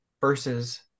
versus